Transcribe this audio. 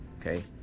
okay